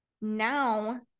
now